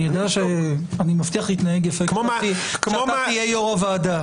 אני מבטיח להתנהג יפה כשאתה תהיה יו"ר הוועדה.